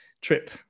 trip